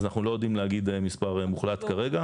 אז אנחנו לא יודעים להגיד מספר מוחלט כרגע.